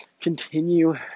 continue